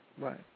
right